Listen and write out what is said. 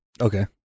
Okay